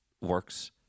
works